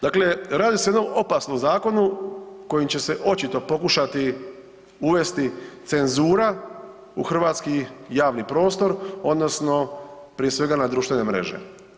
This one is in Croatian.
Dakle, radi se o jednom opasnom zakonu kojim će se očito pokušati uvesti cenzura u hrvatski javni prostor odnosno prije svega na društvene mreže.